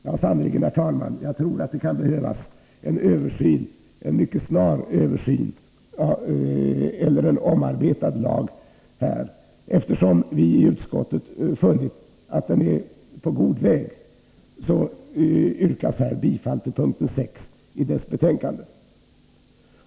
Sannerligen, herr talman, kan det behövas en mycket snar översyn av lagen eller en omarbetad lag i detta avseende. Eftersom vi i utskottet funnit att en sådan är på god väg, yrkas bifall till p. 6 i betänkandet.